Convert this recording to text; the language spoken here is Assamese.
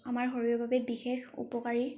আমাৰ শৰীৰৰ বাবে বিশেষ উপকাৰী